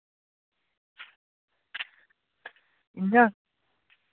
इ'य्यां